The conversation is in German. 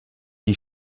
die